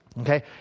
Okay